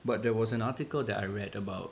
but there was an article that I read about